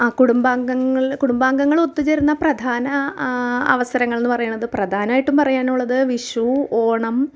കുടുംബാംഗങ്ങൾ കുടുംബാംഗങ്ങൾ ഒത്തുചേരുന്ന പ്രധാന അവസരങ്ങളെന്ന് പറയണത് പ്രധാനമായിട്ട് പറയാനുള്ളത് വിഷു ഓണം